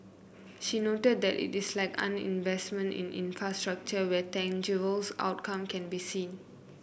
she noted that it is unlike investment in infrastructure where tangible outcomes can be seen